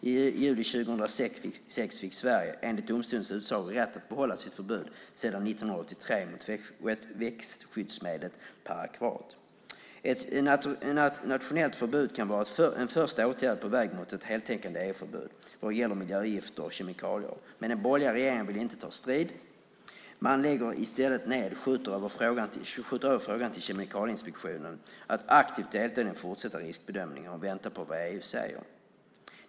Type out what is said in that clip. I juli 2006 fick nämligen Sverige enligt domstolens utsago rätt att behålla sitt förbud sedan 1983 mot växtskyddsmedlet parakvat. Ett nationellt förbud kan vara en första åtgärd på vägen mot ett heltäckande EU-förbud vad gäller miljögifter och kemikalier. Men den borgerliga regeringen vill inte ta strid. I stället skjuter man över frågan till Kemikalieinspektionen som aktivt ska delta i den fortsatta riskbedömningen och vänta på vad EU säger.